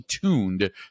tuned